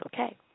okay